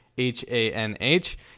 H-A-N-H